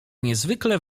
niezwykle